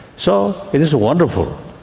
so it is wonderful,